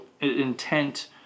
intent